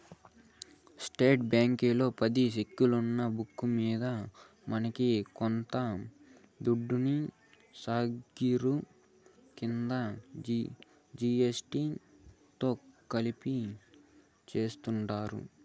state బ్యాంకీలో పది సెక్కులున్న బుక్కు మింద మనకి కొంత దుడ్డుని సార్జిలు కింద జీ.ఎస్.టి తో కలిపి యాస్తుండారు